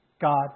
God